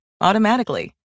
automatically